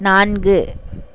நான்கு